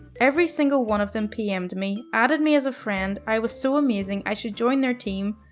every single one of them pm'd me, added me as a friend, i was so amazing. i should join their team.